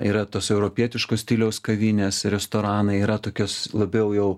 yra tos europietiško stiliaus kavinės restoranai yra tokios labiau jau